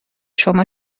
شما